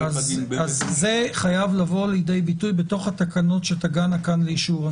זה חייב לבוא לידי ביטוי בתוך התקנות שיגיעו לכאן לאישור.